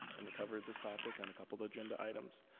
and covered this topic on a couple agenda items.